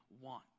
want